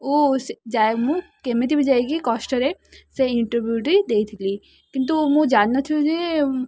ଓ ମୁଁ କେମିତି ବି ଯାଇକି କଷ୍ଟରେ ସେ ଇଣ୍ଟରଭ୍ୟୁଟି ଦେଇଥିଲି କିନ୍ତୁ ମୁଁ ଜାଣିଥିଲୁ ଯେ